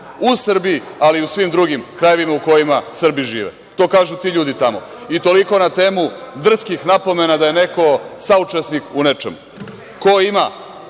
u Srbiji, ali i u svim drugim krajevima u kojima Srbi žive. To kažu ti ljudi tamo. I toliko na temu drskih napomena da je neko saučesnik u nečemu. Ko ima